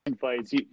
fights